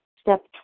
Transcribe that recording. Step